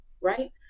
Right